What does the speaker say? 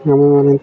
ଆମେମାନେ